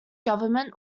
government